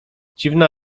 dziwna